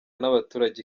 n’abaturage